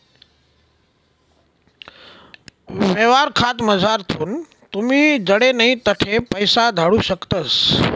यवहार खातामझारथून तुमी जडे नै तठे पैसा धाडू शकतस